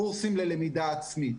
קורסים ללמידה עצמית.